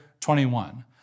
21